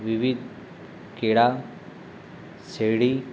વિવિધ કેળા શેરડી